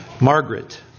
Margaret